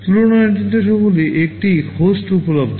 তুলনা নির্দেশাবলী একটি হোস্ট উপলব্ধ